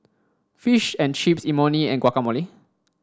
Fish and Chips Imoni and Guacamole